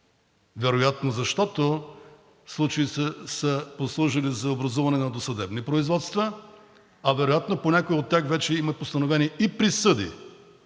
вероятно защото случаите са послужили за образуване на досъдебни производства, а и вероятно по някои от тях вече има поставени и присъди.